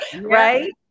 Right